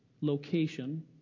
location